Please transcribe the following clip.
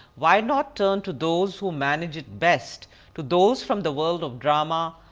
why not turn to those who manage it best to those from the word of drama,